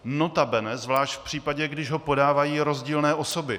Notabene zvlášť v případě, když ho podávají rozdílné osoby.